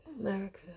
America